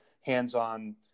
hands-on